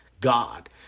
God